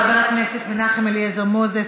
חבר הכנסת מנחם אליעזר מוזס,